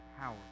power